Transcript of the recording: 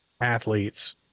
athletes